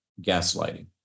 gaslighting